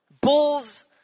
Bulls